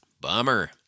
bummer